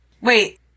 Wait